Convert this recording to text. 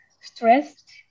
stressed